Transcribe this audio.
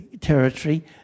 territory